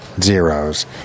zeros